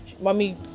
mommy